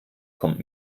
kommt